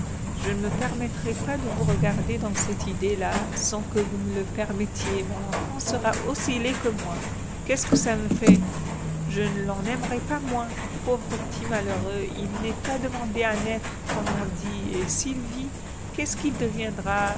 je ne me permettrais pas de vous regarder dans cette idée-là sans que vous me le permettiez mon enfant sera aussi laid que moi qu'est-ce que ça me fait je ne l'en aimerai pas moins pauvre petit malheureux il n'a pas demandé à naître comme on dit et s'il vit qu'est-ce qu'il deviendra